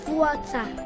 water